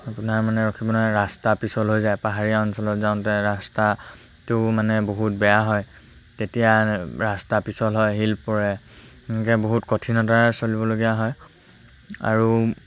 তাৰ মানে ৰখিব নোৱাৰোঁ ৰাস্তা পিছল হৈ যায় পাহাৰীয়া অঞ্চলত যাওঁতে ৰাস্তাটো মানে বহুত বেয়া হয় তেতিয়া ৰাস্তা পিছল হয় শিল পৰে এনেকৈ বহুত কঠিনতাৰে চলিবলগীয়া হয় আৰু